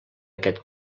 aquest